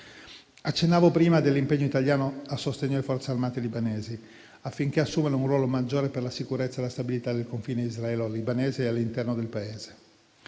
Accennavo prima all'impegno italiano a sostegno alle forze armate libanesi, affinché assumano un ruolo maggiore per la sicurezza e la stabilità del confine israelo-libanese e all'interno del Paese.